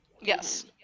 Yes